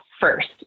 first